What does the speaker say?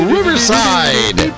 Riverside